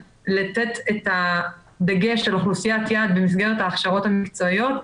לתת את הדגש של אוכלוסיית יעד במסגרת ההכשרות המקצועיות,